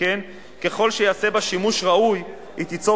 שכן ככל שייעשה בה שימוש ראוי היא תיצור